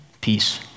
peace